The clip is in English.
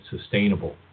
sustainable